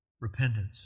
repentance